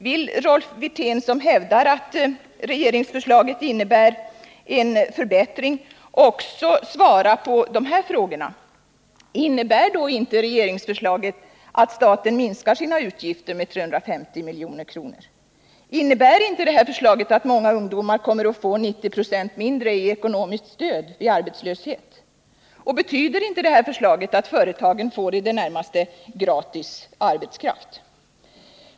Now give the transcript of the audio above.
Vill Rolf Wirtén, som hävdar att regeringsförslaget innebär en förbättring, också svara på följande frågor: Innebär då inte regeringsförslaget att staten minskar sina utgifter med 350 milj.kr.? Innebär inte förslaget att många ungdomar kommer att få 90 20 mindre i ekonomiskt stöd vid arbetslöshet, och betyder inte förslaget att företagen får i de närmaste gratis arbetskraft?